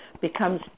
becomes